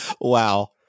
Wow